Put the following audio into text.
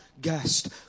guest